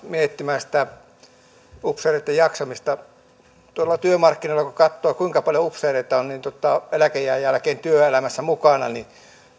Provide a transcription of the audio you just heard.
miettimään sitä upseereitten jaksamista tuolla työmarkkinoilla kun katsoo kuinka paljon upseereita on eläkeiän jälkeen työelämässä mukana niin